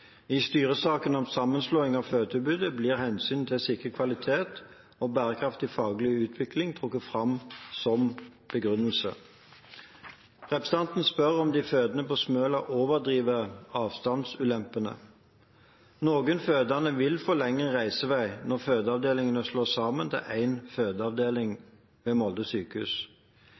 I styresaken om sammenslåing av fødetilbudet blir hensynet til å sikre kvalitet og bærekraftig faglig utvikling trukket fram som begrunnelse. Representanten spør om de fødende på Smøla overdriver avstandsulempene. Noen fødende vil få lengre reisevei når fødeavdelingene slås sammen til én fødeavdeling ved Molde sykehus.